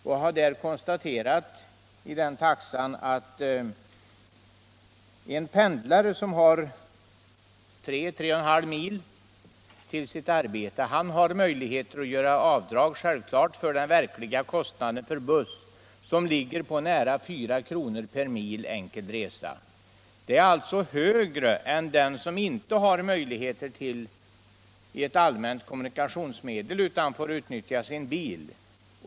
Med ledning av den kan jag konstatera att en pendlare som har 3-3,5 mil till sitt arbete har möjligheter att göra avdrag för den verkliga kostnaden för bussresorna, ungefär 4 kr. per mil enkel resa. Detta avdrag är högre än för den som inte har möjlighet att begagna ett allmänt kommunikationsmedel utan är tvungen att utnyttja sin bil.